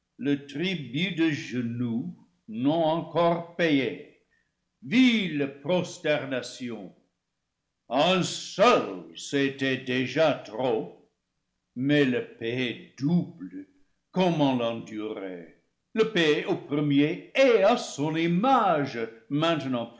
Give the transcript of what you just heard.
le tribut du genou non encore payé vile prosternation a un ce seul c'était déjà trop mais le payer double comment l'en durer le payer au premier et à son image maintenant